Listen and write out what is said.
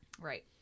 Right